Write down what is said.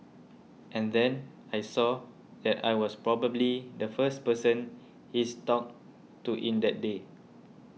and then I saw that I was probably the first person he's talked to in that day